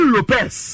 Lopez